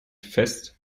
fest